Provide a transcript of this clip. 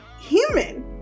human